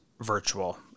virtual